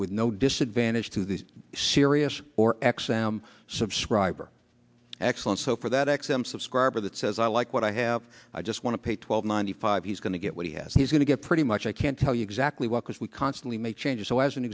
with no disadvantage to the sirius or x m subscriber excellent so for that x m subscriber that says i like what i have i just want to pay twelve ninety five he's going to get what he has he's going to get pretty much i can't tell you exactly what because we constantly make changes so as an